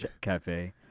Cafe